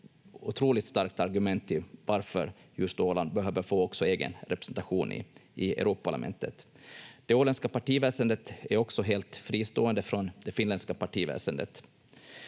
otroligt starkt argument till varför just Åland behöver få också egen representation i Europaparlamentet. Det åländska partiväsendet är också helt fristående från det finländska partiväsendet.